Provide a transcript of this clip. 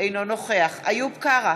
אינו נוכח איוב קרא,